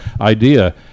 idea